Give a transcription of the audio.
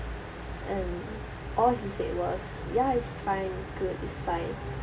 and all he said was ya it's fine it's good it's fine